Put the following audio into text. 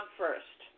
first